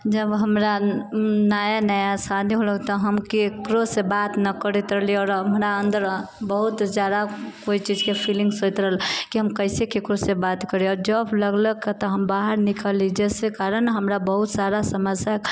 जब हमरा नया नया शादी होलो तऽ हम केकरो से बात नहि करैत रहली आओर हमरा अंदर बहुत जादा कोइ चीजके फीलिंग्स होयत रहल कि हम कैसे केकरो से बात करी आओर जॉब लगलक तऽ हम बाहर निकलली जाहिके कारण हमरा बहुत सारा समस्या